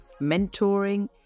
mentoring